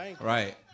right